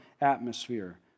atmosphere